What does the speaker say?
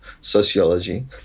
sociology